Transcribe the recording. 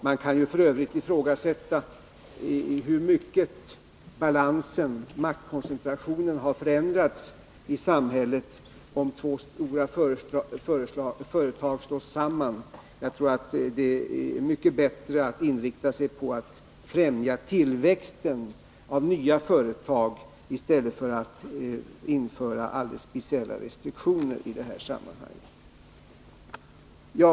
Man kan f. ö. ifrågasätta hur mycket maktkoncentrationen har förändrats i samhället på grund av att två stora företag slås samman. Jag tror det är mycket bättre att inrikta sig på att främja tillväxten av nya företag i stället för att införa speciella restriktioner i det här sammanhanget.